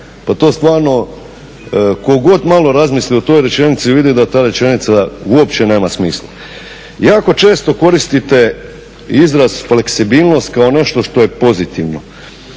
pa to stvarno tko god malo razmisli o toj rečenici vidi da ta rečenica uopće nema smisla. Jako često koristite fleksibilnost kao nešto što je pozitivno.